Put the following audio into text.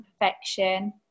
perfection